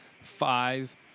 five